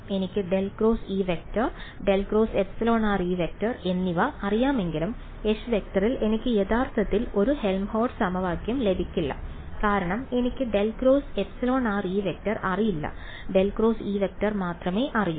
എനിക്ക് ∇× E→ ∇× εrE→ എന്നിവ അറിയാമെങ്കിലും H→ യിൽ എനിക്ക് യഥാർത്ഥത്തിൽ ഒരു ഹെൽംഹോൾട്ട്സ് സമവാക്യം ലഭിക്കില്ല കാരണം എനിക്ക് ∇× εrE→ അറിയില്ല ∇× E→ മാത്രമേ അറിയൂ